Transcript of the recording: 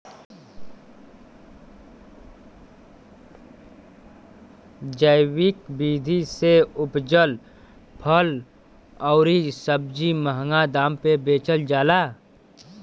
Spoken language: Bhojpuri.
जैविक विधि से उपजल फल अउरी सब्जी महंगा दाम पे बेचल जाला